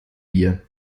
ihr